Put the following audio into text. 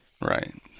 Right